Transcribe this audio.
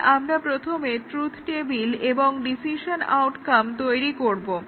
তাহলে আমরা প্রথমে ট্রুথ টেবিল এবং ডিসিশন আউটকাম তৈরি করব